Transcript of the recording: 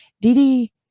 Didi